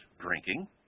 drinking